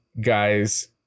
guys